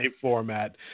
format